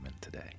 today